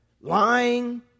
Lying